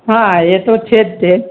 હા એ તો છે જ તે